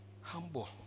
Humble